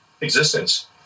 existence